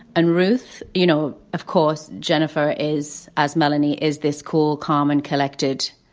and ruth, you know, of course, jennifer is as melanie is this cool, calm and collected,